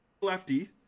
Lefty